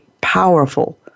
powerful